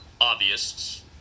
obvious